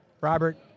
Robert